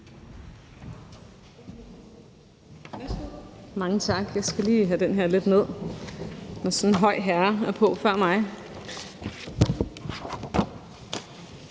Mange tak. Jeg skal lige have den her lidt ned, når sådan en høj herre har været på før mig.